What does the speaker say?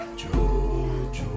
joy